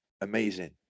amazing